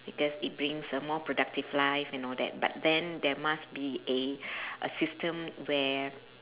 because it brings a more productive life and all that but then there must be a a system where